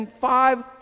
five